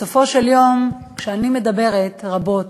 בסופו של יום, כשאני מדברת רבות,